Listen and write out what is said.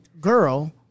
girl